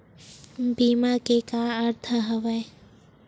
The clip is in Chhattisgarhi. बीमा के का अर्थ हवय?